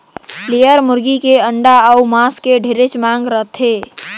layer मुरगी के अंडा अउ मांस के ढेरे मांग रहथे